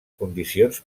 condicions